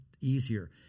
easier